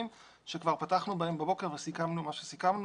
שכבר פתחנו בהם בבוקר וסיכמנו מה שסיכמנו.